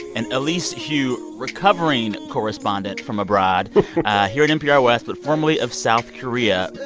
and elise hu, recovering correspondent from abroad here at npr west but formerly of south korea